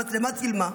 המצלמה צילמה,